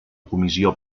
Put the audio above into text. comissió